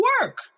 Work